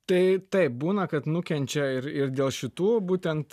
tai taip būna kad nukenčia ir ir dėl šitų būtent